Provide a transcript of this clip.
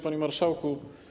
Panie Marszałku!